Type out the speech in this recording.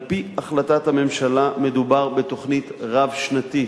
על-פי החלטת הממשלה מדובר בתוכנית רב-שנתית,